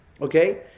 Okay